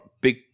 big